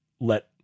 let